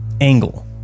angle